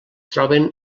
troben